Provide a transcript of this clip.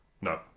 No